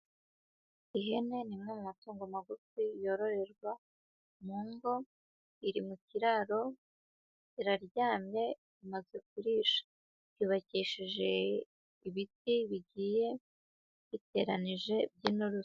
Ihene ni imwe mu matungo magufi yororerwa mu ngo, iri mu kiraro iraryamye, imaze kurisha, cyubakishije ibiti bigiye biteranije by'inturusu.